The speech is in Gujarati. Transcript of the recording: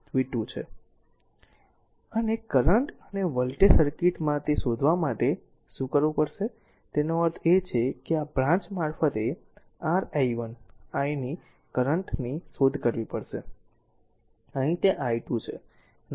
અને કરંટ અને વોલ્ટેજ સર્કિટમાં છે તે શોધવા માટે શું કરવું પડશે તેનો અર્થ એ છે કે આ બ્રાંચ મારફતે r i1 I ની કરંટ શોધ કરવી પડશે આ અહીં છે તે i2 છે અને અહીં તે r i3 છે